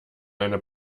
eine